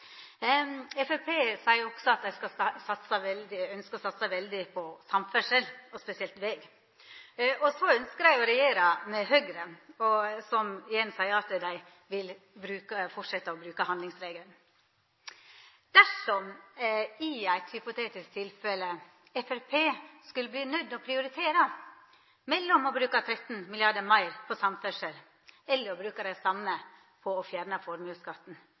Framstegspartiet seier også at dei ønskjer å satsa veldig på samferdsel, og spesielt på veg. Så ønskjer dei å regjera med Høgre, som igjen seier at dei vil halda fram med å bruka handlingsregelen. Dersom, i eit hypotetisk tilfelle, Framstegspartiet skulle bli nøydt til å prioritera mellom å bruka 13 mrd. kr meir på samferdsel og å bruka det same på å fjerna formuesskatten,